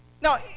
Now